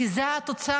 כי זו התוצאה.